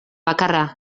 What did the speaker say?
bakarra